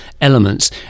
elements